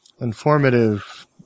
informative